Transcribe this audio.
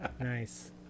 Nice